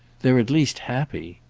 they're at least happy.